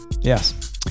Yes